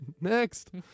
Next